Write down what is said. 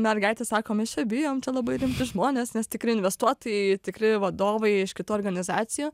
mergaitės sako mes čia bijom čia labai rimti žmonės nes tikri investuotojai tai tikri vadovai iš kitų organizacijų